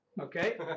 Okay